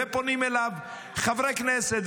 פונים אליו חברי הכנסת,